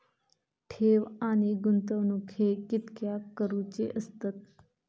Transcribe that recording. ठेव आणि गुंतवणूक हे कित्याक करुचे असतत?